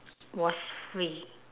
was free